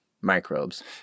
Microbes